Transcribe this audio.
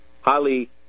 highly